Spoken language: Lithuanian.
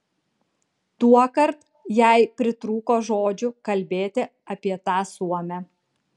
tuokart jai pritrūko žodžių kalbėti apie tą suomę